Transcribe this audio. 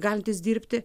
galintys dirbti